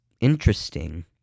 interesting